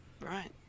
Right